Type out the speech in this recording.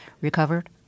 recovered